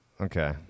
Okay